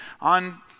on